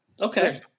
okay